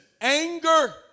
anger